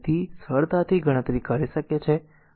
તેથી સરળતાથી ગણતરી કરી શકે છે